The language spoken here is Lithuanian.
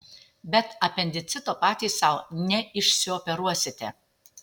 bet apendicito patys sau neišsioperuosite